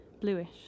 bluish